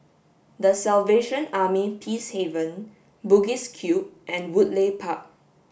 the Salvation Army Peacehaven Bugis Cube and Woodleigh Park